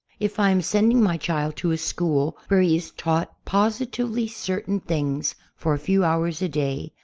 if i am sending my child to a school where he is taught positively certain things for a few hours a day,